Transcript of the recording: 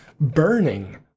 burning